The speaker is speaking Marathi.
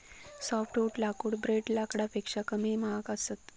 सोफ्टवुड लाकूड ब्रेड लाकडापेक्षा कमी महाग असता